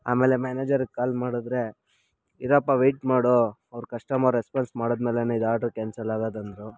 ಆಮೇಲೆ ಮ್ಯಾನೇಜರಿಗೆ ಕಾಲ್ ಮಾಡಿದ್ರೆ ಇರಪ್ಪ ವೇಟ್ ಮಾಡು ಅವ್ರು ಕಸ್ಟಮರ್ ರೆಸ್ಪಾನ್ಸ್ ಮಾಡಿದ ಮೇಲೇ ಇದು ಆಡ್ರು ಕ್ಯಾನ್ಸಲ್ ಆಗೋದ್ ಅಂದರು